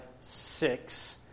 six